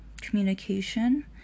communication